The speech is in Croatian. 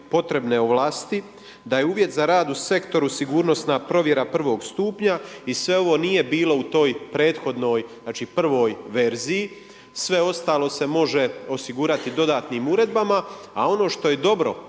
potrebne ovlasti, da je uvjet za rad u sektoru sigurnosna provjera prvog stupanja i sve ovo nije bilo u toj prethodnoj, znači prvoj verziji. Sve ostalo se može osigurati dodatnim uredbama. A ono što je dobro,